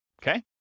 okay